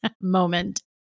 moment